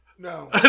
No